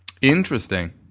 Interesting